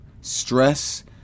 stress